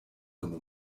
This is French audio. comme